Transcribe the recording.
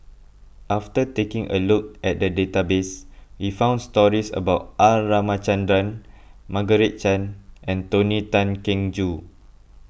after taking a look at the database we found stories about R Ramachandran Margaret Chan and Tony Tan Keng Joo